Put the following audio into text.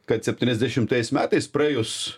kad septyniasdešimtais metais praėjus